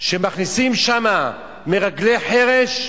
שמכניסים שמה מרגלי חרש?